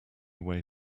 way